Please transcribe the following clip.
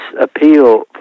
appeal